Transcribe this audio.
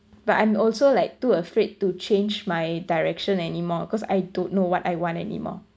but I'm also like too afraid to change my direction anymore cause I don't know what I want anymore